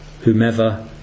whomever